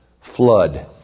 Flood